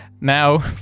now